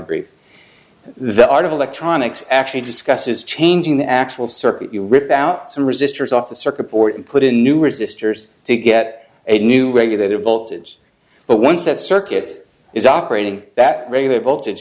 brief the art of electronics actually discusses changing the actual circuit you rip out some resistors off the circuit board and put in new resistors to get a new regulator voltage but once that circuit is operating that radio voltage